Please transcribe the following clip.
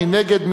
מי נגד?